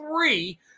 three